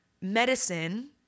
medicine